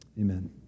Amen